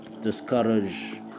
discourage